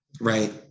right